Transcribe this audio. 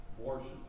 Abortion